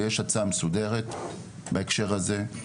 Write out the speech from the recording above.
ויש הצעה מסודרת בהקשר הזה.